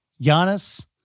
Giannis